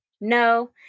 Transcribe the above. No